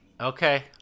Okay